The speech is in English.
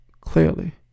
clearly